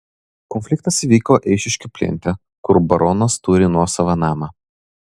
konfliktas įvyko eišiškių plente kur baronas turi nuosavą namą